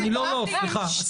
אני לא מצליחה לתפוס.